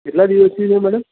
કેટલા દિવસથી છે મેડમ